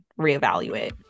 reevaluate